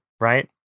right